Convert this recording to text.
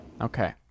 Okay